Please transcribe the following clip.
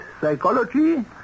psychology